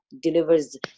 delivers